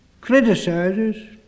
criticizes